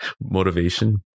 motivation